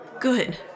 Good